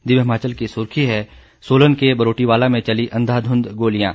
दिव्य हिमाचल की सुर्खी है सोलन के बरोटीवाला में चली अंधाधुधं गोलियां